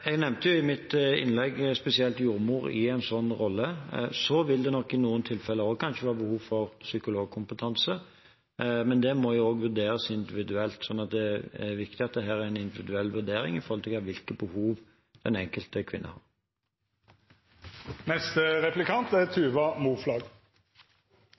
Jeg nevnte jo i mitt innlegg spesielt jordmor i en sånn rolle. Så vil det i noen tilfeller kanskje også være behov for psykologkompetanse, men det må vurderes individuelt. Det er viktig at det er en individuell vurdering når det gjelder hvilke behov den enkelte kvinne